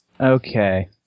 Okay